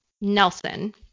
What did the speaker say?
Nelson